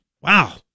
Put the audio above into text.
Wow